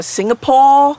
Singapore